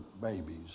babies